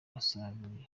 basarura